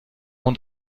اون